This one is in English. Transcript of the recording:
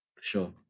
sure